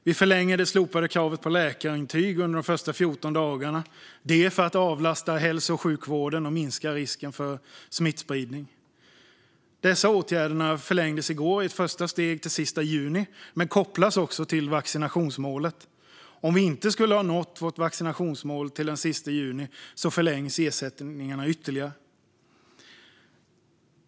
Vi förlänger det slopade kravet på läkarintyg under de första 14 dagarna, detta för att avlasta hälso och sjukvården och minska risken för smittspridning. Dessa åtgärder förlängdes i går i ett första steg till den sista juni men kopplas också till vaccinationsmålet; om vi inte skulle ha nått vårt vaccinationsmål till den sista juni förlängs ersättningarna ytterligare.